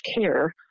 care